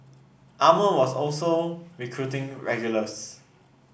Armour was also recruiting regulars